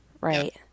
Right